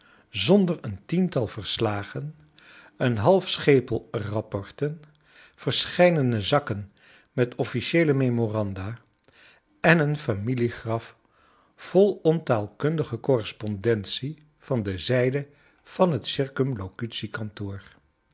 zonder een tiental verslagen een half schepel rapporten verscheidene zakken met officieele memoranda en een familiegraf vol ontaalkundige correspondentie van de zijde van het